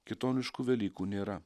kitoniškų velykų nėra